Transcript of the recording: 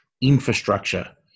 infrastructure